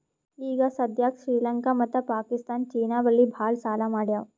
ಈಗ ಸದ್ಯಾಕ್ ಶ್ರೀಲಂಕಾ ಮತ್ತ ಪಾಕಿಸ್ತಾನ್ ಚೀನಾ ಬಲ್ಲಿ ಭಾಳ್ ಸಾಲಾ ಮಾಡ್ಯಾವ್